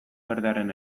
berdearen